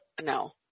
No